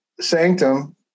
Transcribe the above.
sanctum